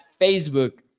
Facebook